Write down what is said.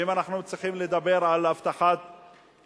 ואם אנחנו צריכים לדבר על הבטחת החינוך,